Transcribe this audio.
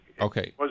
okay